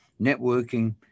networking